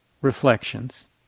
reflections